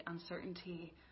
uncertainty